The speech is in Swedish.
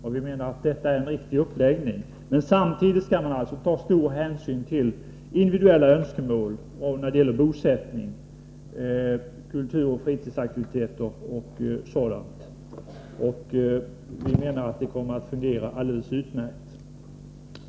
Vi menar att detta är en riktig uppläggning. Samtidigt skall man ta stor hänsyn till individuella önskemål beträffande bosättning, kulturoch fritidsaktiviteter m.m. Vi menar att det kommer att fungera alldeles utmärkt.